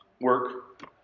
Work